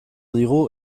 digu